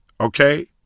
Okay